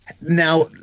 Now